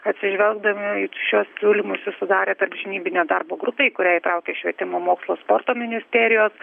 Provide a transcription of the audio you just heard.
atsižvelgdami į šiuos siūlymus susidarė tarpžinybinė darbo grupė į kurią įtraukė švietimo mokslo sporto ministeorijos